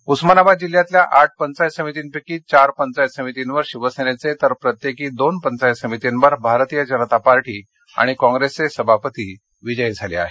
उस्मानाबाद उस्मानाबाद जिल्ह्यातल्या आठ पंचायत समितींपैकी चार पंचायत समितींवर शिवसेनेचे तर प्रत्येकी दोन पंचायत समितींवर भारतीय जनता पक्ष आणि कॉंग्रेसचे सभापती विजयी झाले आहेत